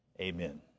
Amen